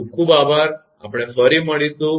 ખૂબ ખૂબ આભાર આપણે ફરી પાછા મળીશું